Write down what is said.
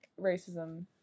racism